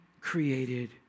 created